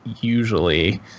usually